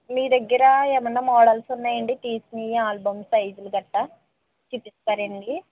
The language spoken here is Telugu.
మీ దగ్గర ఏమైనా మోడల్స్ ఉన్నాయా అండీ తీసినవి ఆల్బమ్ సైజులు గట్రా చూపిస్తారా అండీ